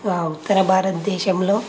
the ఉత్తర భారతదేశంలో